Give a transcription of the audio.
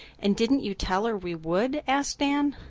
and didn't you tell her we would? asked anne.